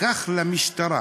לקח למשטרה